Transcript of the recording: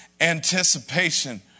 anticipation